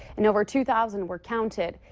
and over two thousand were counted.